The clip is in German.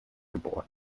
geboren